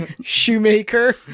Shoemaker